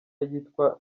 yitwa